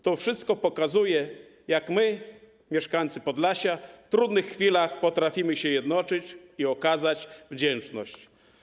To wszystko pokazuje, jak my, mieszkańcy Podlasia, w trudnych chwilach potrafimy się jednoczyć i okazać wdzięczność.